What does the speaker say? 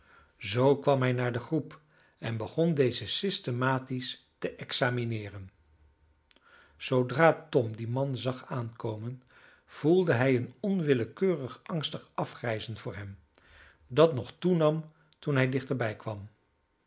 zoo kwam hij naar de groep en begon deze systematisch te examineeren zoodra tom dien man zag aankomen voelde hij een onwillekeurig angstig afgrijzen voor hem dat nog toenam toen hij dichterbij kwam